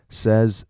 says